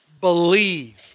Believe